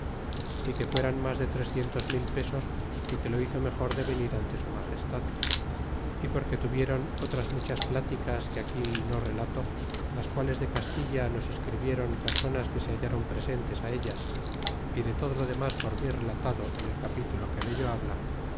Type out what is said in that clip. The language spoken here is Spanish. y que fueran mas de trecientos mil pesos y que lo hizo mejor de venir nte su magestad y porque tuvieron otras muchas pláticas que aquí ne relato las quales de castilla nos escribieron personas que se hallron presentes ellas y de todo lo denlas por mi relatado en el capítulo que dello habla